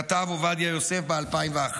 כתב עובדיה יוסף ב-2001.